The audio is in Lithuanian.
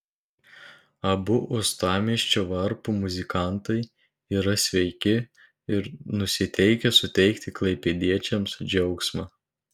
abu uostamiesčio varpų muzikantai yra sveiki ir nusiteikę suteikti klaipėdiečiams džiaugsmą